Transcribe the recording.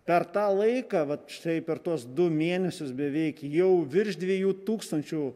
per tą laiką vat štai per tuos du mėnesius beveik jau virš dviejų tūkstančių